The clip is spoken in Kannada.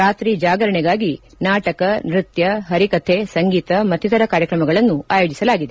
ರಾತ್ರಿ ಜಾಗರಣೆಗಾಗಿ ನಾಟಕ ನೃತ್ಯ ಹರಿಕಥೆ ಸಂಗೀತ ಮತ್ತಿತರ ಕಾರ್ಯಕ್ರಮಗಳನ್ನು ಆಯೋಜಿಸಲಾಗಿದೆ